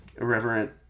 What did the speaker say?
irreverent